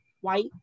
white